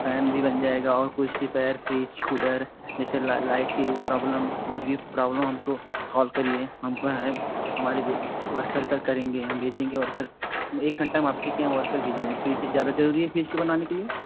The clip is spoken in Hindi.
फ़ैन भी बन जाएगा और कुछ रिपेरर फ्रीज़ कूलर जैसे लाइट की प्रॉब्लम कुछ भी प्रॉब्लम हमको कॉल करिए हम हैं हमारे वर्कर करेंगे हम भेजेंगे वर्कर एक घंटे में आपके यहाँ वर्कर भेज रहें हैं फ्रीज़ ज़्यादा ज़रूरी है फ्रीज़ को बनाने के लिए